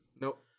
Nope